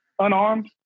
Unarmed